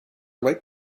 lake